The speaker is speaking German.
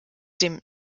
dem